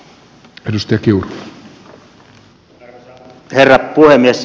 arvoisa herra puhemies